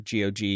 GOG